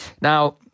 Now